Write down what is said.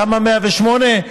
למה 108?